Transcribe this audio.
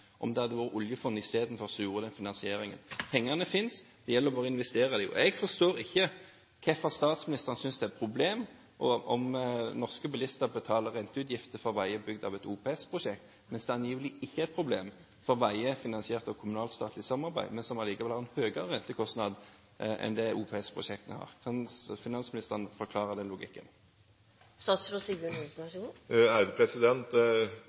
om det var oljefondet som istedenfor sto for finansieringen. Pengene finnes; det gjelder bare å investere dem. Jeg forstår ikke hvorfor statsministeren synes det er et problem at norske bilister betaler renteutgifter for veier bygd gjennom et OPS-prosjekt, mens det angivelig ikke er et problem for veier finansiert gjennom et kommunalt–statlig samarbeid, men som allikevel har en høyere rentekostnad enn det OPS-prosjektene har. Kan finansministeren forklare den logikken?